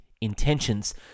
intentions